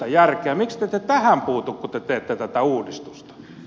miksi te ette tähän puutu kun te teette tätä uudistusta